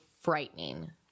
frightening